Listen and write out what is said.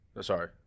sorry